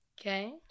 Okay